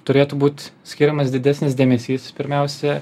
turėtų būt skiriamas didesnis dėmesys pirmiausia